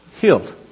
healed